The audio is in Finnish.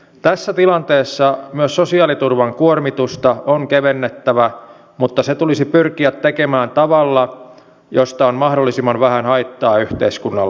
tässä tilanteessa myös sosiaaliturvan kuormitusta on kevennettävä mutta se tulisi pyrkiä tekemään tavalla josta on mahdollisimman vähän haittaa yhteiskunnallemme